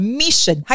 mission